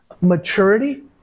maturity